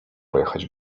pojechać